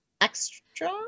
extra